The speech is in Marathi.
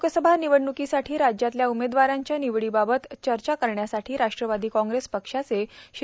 लोकसभा निवडणुकीसाठी राज्यातल्या उमेदवारांच्या निवडीबाबत चर्चा करण्यासाठी राष्ट्रवादी कॉग्रेस पक्षाचे श्री